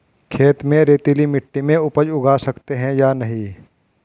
खेत में रेतीली मिटी में उपज उगा सकते हैं या नहीं?